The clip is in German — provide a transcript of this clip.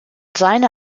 seine